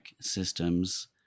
systems